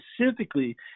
specifically